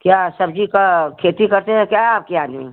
क्या सब्जी का खेती करते हैं क्या आपके आदमी